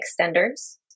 extenders